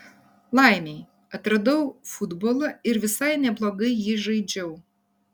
laimei atradau futbolą ir visai neblogai jį žaidžiau